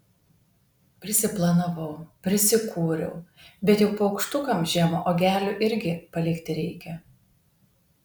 prisiplanavau prisikūriau bet juk paukštukams žiemą uogelių irgi palikti reikia